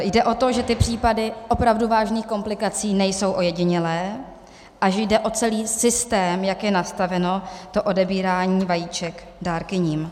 Jde o to, že ty případy opravdu vážných komplikací nejsou ojedinělé a že jde o celý systém, jak je nastaveno odebírání vajíček dárkyním.